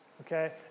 Okay